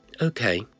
Okay